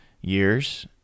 years